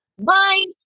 Mind